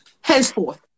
henceforth